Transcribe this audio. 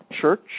church